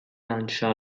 lancia